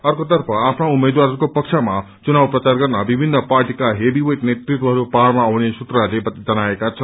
अर्कोतर्फ आफना उम्मेद्वारहरूको पक्षमा चुनाव प्रचार गर्न विभिन्न पार्टीका हेभीवेट नेतृत्वहरू पहाड़मा आउने सूत्रहरूले जनाएका छन्